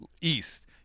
east